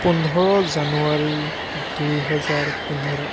পোন্ধৰ জানুৱাৰী দুই হেজাৰ পোন্ধৰ